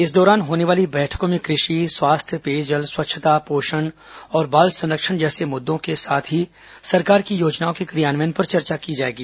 इस दौरान होने वाली बैठकों में कृषि स्वास्थ्य पेयजल स्वच्छता पोषण और बाल संरक्षण जैसे मुद्दों के साथ ही सरकार की योजनाओं के क्रियान्वयन पर चर्चा की जाएगी